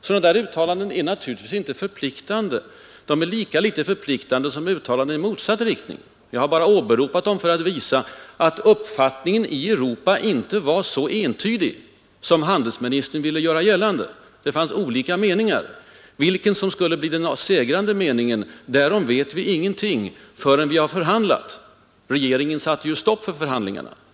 Sådana uttalanden är naturligtvis lika litet förpliktande som uttalanden i motsatt riktning. Jag har bara åberopat dem för att visa att uppfattningen i Europa inte var så entydigt negativ som handelsministern ville göra gällande. Det fanns och finns olika meningar. Vilken som skall bli den segrande meningen vet vi ingenting om förrän vi har förhandlat. Men regeringen satte ju stopp för förhandlingarna.